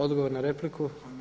Odgovor na repliku.